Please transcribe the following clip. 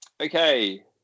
Okay